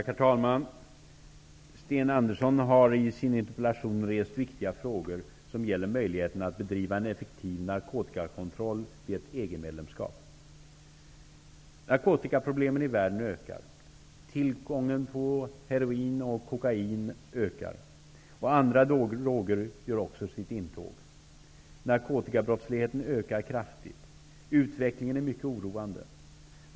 Herr talman! Sten Andersson i Malmö har i sin interpellation rest viktiga frågor som gäller möjligheterna att bedriva en effektiv narkotikakontroll vid ett EG-medlemskap. Narkotikaproblemen i världen ökar. Tillgången på heroin och kokain växer, och andra droger gör också sitt intåg. Narkotikabrottsligheten ökar kraftigt. Utvecklingen är mycket oroande.